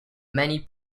many